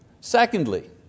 Secondly